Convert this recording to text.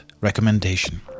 recommendation